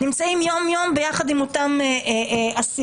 נמצאים יום-יום ביחד עם אותם אסירים.